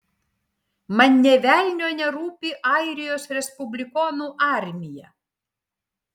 man nė velnio nerūpi airijos respublikonų armija